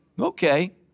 Okay